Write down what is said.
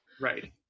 Right